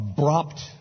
Abrupt